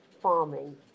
farming